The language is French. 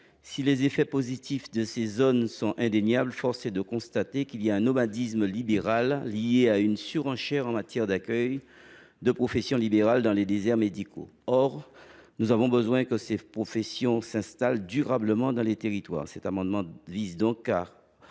Si les effets positifs de ces zones sont indéniables, force est de constater qu’il existe un nomadisme libéral lié à une surenchère en matière d’accueil de professions libérales dans les déserts médicaux. Or nous avons besoin que ces professions s’installent durablement dans les territoires. Cet amendement vise donc à